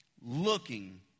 looking